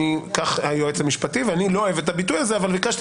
כך היועץ המשפטי ואני לא אוהב את הביטוי הזה ולכן ביקשתי